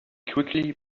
quickly